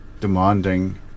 demanding